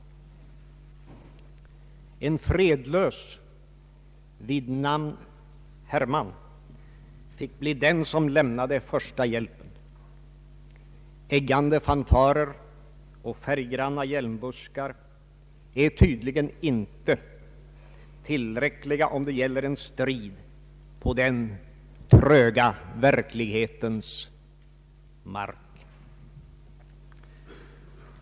En fredlös vid namn Herman fick bli den som lämnade första hjälpen. Eggande fanfarer och färggranna hjälmbuskar är tydligen inte tillräckliga om det gäller en strid på den tröga verklighetens mark.